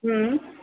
हम्म